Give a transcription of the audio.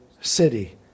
city